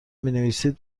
مینویسید